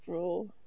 drool